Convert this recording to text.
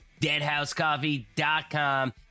deadhousecoffee.com